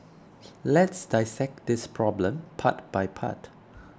let's dissect this problem part by part